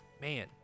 man